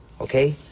Okay